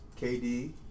KD